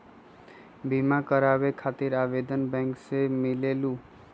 बिमा कराबे खातीर आवेदन बैंक से मिलेलु?